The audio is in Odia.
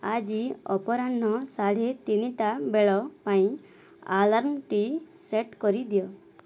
ଆଜି ଅପରାହ୍ନ ସାଢ଼େ ତିନିଟା ବେଳ ପାଇଁ ଆଲାର୍ମଟି ସେଟ୍ କରିଦିଅ